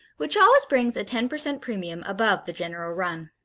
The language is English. which always brings a ten percent premium above the general run.